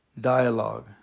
dialogue